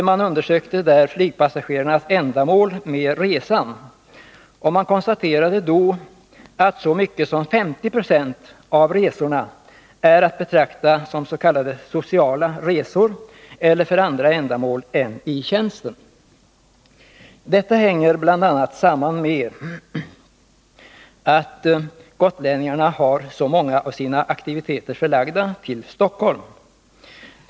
Man undersökte där flygpassagerarnas ändamål med resan och konstaterade att så mycket som 50 96 av resorna är att betrakta som s.k. sociala resor eller resor för andra ändamål än i tjänsten. Detta hänger bl.a. 67 samman med att gotlänningarna har så många av sina aktiviteter förlagda till Stockholm.